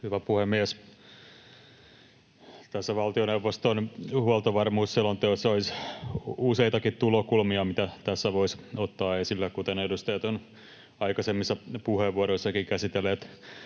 Hyvä puhemies! Tässä valtioneuvoston huoltovarmuusselonteossa olisi useitakin tulokulmia, mitä tässä voisi ottaa esille, kuten edustajat ovat aikaisemmissa puheenvuoroissakin jo käsitelleet